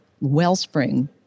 wellspring